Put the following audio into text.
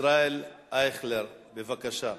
ישראל אייכלר, בבקשה.